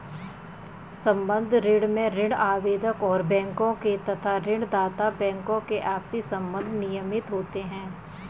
संबद्ध ऋण में ऋण आवेदक और बैंकों के तथा ऋण दाता बैंकों के आपसी संबंध नियमित होते हैं